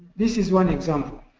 this is one example.